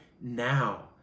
now